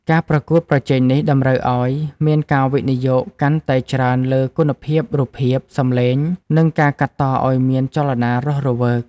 ការប្រកួតប្រជែងនេះតម្រូវឱ្យមានការវិនិយោគកាន់តែច្រើនលើគុណភាពរូបភាព សម្លេង និងការកាត់តឱ្យមានចលនារស់រវើក។